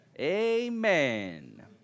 Amen